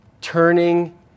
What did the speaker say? turning